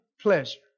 pleasure